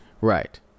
right